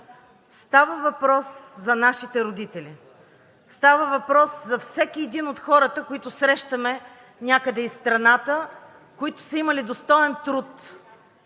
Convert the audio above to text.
Става въпрос за нашите родители, става въпрос за всеки един от хората, които срещаме някъде из страната, които са имали достоен труд.